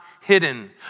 hidden